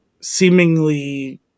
seemingly